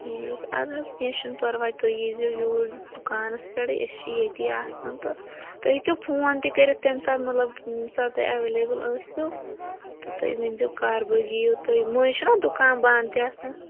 ٹھیٖک آد حظ کیٚںٛہہ چھُنہٕ پَرواے تُہۍ یی زیو یوٗرۍ دُکانَس پٮ۪ٹھٕے أسۍ چھِ ییٚتی آسان تہٕ تُہۍ ہیٚکِو فون تہِ کٔرِتھ تمہِ ساتہٕ مطلب ییٚمہِ ساتہٕ تۄہہِ اٮ۪وٮ۪لیبٕل ٲسِو تہٕ تُہۍ ؤنۍ زیو کَر بٲگۍ یِیِو تُہۍ مٔنٛزۍ چھُنَہ دُکان بنٛد تہِ آسان